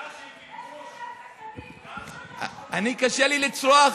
איך כדת וכדין, אני, קשה לי לצרוח,